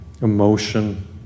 emotion